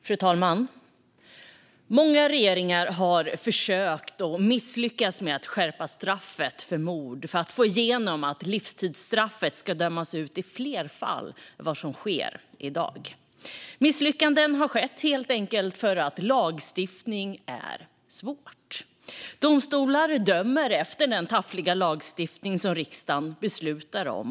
Fru talman! Många regeringar har försökt och misslyckats med att skärpa straffet för mord för att få igenom att livstidsstraffet ska dömas ut i fler fall än vad som sker i dag. Misslyckanden har helt enkelt skett för att lagstiftning är svårt. Domstolar dömer efter den taffliga lagstiftning som riksdagen beslutar om.